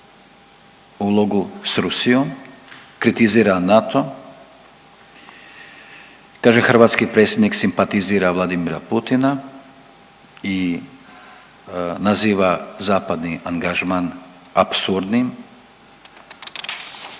ulogu s Rusijom, kritizira NATO i kaže hrvatski predsjednik simpatizira Vladimira Putina i naziva zapadni angažman apsurdnim,